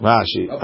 Rashi